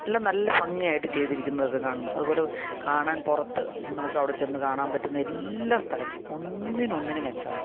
എല്ലാം നല്ല ഭംഗിയായിട്ട് ചെയ്തിരിക്കുന്നതൊക്കെ കാണണം അതുപോലെ കാണാൻ പുറത്ത് നമുക്കവിടെ ചെന്ന് കാണാൻ പറ്റുന്ന എല്ലാ സ്ഥലങ്ങളും ഒന്നിനൊന്നിന് മെച്ചം എന്നുള്ളതാണ്